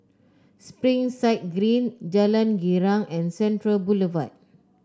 Springside Green Jalan Girang and Central Boulevard